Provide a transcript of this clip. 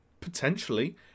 potentially